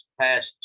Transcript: past